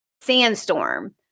sandstorm